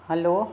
hello